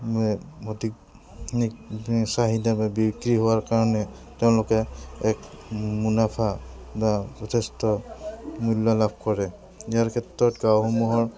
অধিক চাহিদা বা বিক্ৰী হোৱাৰ কাৰণে তেওঁলোকে এক মুনাফা বা যথেষ্ট মূল্য লাভ কৰে ইয়াৰ ক্ষেত্ৰত গাঁওসমূহৰ